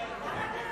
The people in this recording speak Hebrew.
ושם (תיקון,